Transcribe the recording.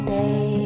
day